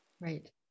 Right